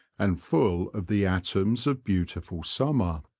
and full of the atoms of beautiful summer.